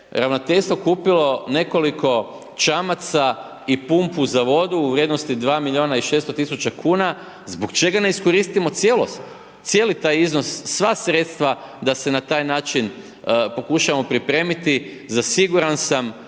ravnateljstvo kupilo nekoliko čamaca i pumpu za vodu u vrijednosti 2 milijuna i 600.000 kn, zbog čega ne iskoristimo cijelost, cijeli taj iznos, sva sredstva da se na taj način pokušamo pripremiti za, siguran sam